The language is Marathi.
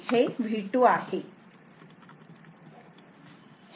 हे V3 आहे